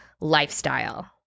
lifestyle